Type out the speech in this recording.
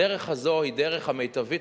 הדרך הזאת היא הדרך המיטבית,